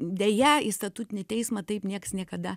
deja į statutinį teismą taip nieks niekada